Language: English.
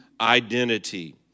identity